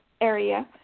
area